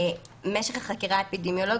משך החקירה האפידמיולוגית,